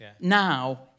now